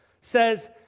says